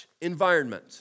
environment